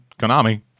Konami